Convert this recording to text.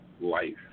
life